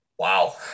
Wow